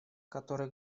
который